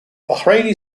bahraini